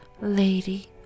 Lady